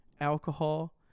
alcohol